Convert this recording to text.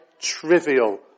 Trivial